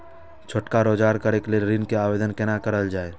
छोटका रोजगार करैक लेल ऋण के आवेदन केना करल जाय?